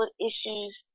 issues